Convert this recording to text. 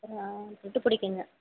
ஆ litre பிடிக்குங்க